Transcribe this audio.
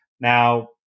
Now